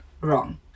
Wrong